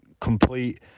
complete